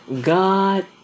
God